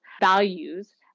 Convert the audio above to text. values